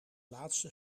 laatste